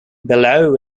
below